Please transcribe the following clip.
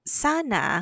sana